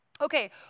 Okay